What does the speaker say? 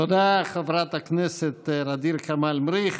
תודה, חברת הכנסת ע'דיר כמאל מריח.